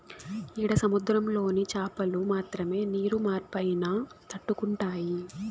ఈడ సముద్రంలోని చాపలు మాత్రమే నీరు మార్పైనా తట్టుకుంటాయి